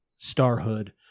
starhood